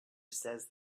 says